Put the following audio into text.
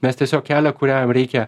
mes tiesiog kelią kuriam reikia